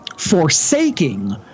forsaking